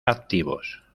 activos